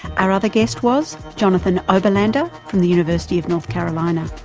our other guest was jonathan oberlander from the university of north carolina.